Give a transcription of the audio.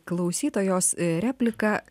klausytojos repliką